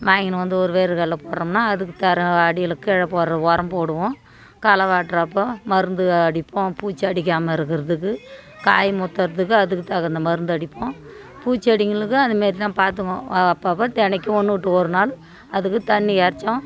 வாங்கின்னு வந்து ஒரு வேருக்கடல போடுகிறோம்னா அதுக்கு தர அடிகளுக்கு கீழே போடுகிற உரம் போடுவோம் களை வெட்டுறப்போ மருந்து அடிப்போம் பூச்சி அடிக்காமல் இருக்கிறதுக்கு காய் முத்துகிரத்துக்கு அதுக்கு தகுந்த மருந்து அடிப்போம் பூச்செடிங்களுக்கும் அதுமாரி தான் பார்த்துக்குவோம் அப்போப்ப தினைக்கும் ஒன்று விட்டு ஒரு நாள் அதுக்கு தண்ணி இறச்சும்